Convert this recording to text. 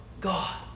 God